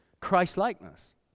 christ-likeness